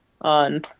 on